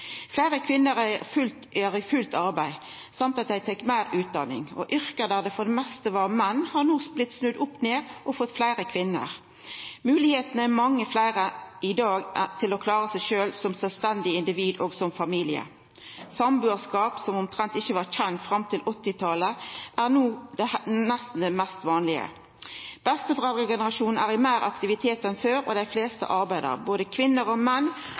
Fleire kvinner er i fullt arbeid, og dei tek meir utdanning. Yrke der det for det meste var menn, har no blitt snudd opp ned og fått fleire kvinner. Moglegheitene til å klara seg sjølv som sjølvstendig individ og familie er mange fleire i dag. Sambuarskap, som omtrent ikkje var kjent fram til 1980-talet, er no nesten det mest vanlege. Besteforeldregenerasjonen er i meir aktivitet enn før, og dei fleste arbeider når dei blir besteforeldre, både kvinner og menn.